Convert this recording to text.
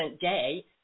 day